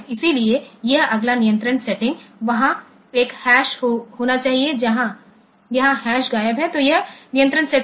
इसलिए यह अगला नियंत्रण सेटिंग वहाँ एक हैश होना चाहिए यहाँ हैश गायब है तो यह नियंत्रण सेटिंग